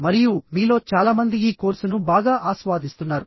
మరియు మీలో చాలా మంది ఈ కోర్సును బాగా ఆస్వాదిస్తున్నారు